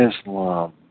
Islam